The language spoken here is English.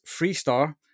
Freestar